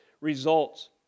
results